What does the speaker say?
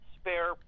spare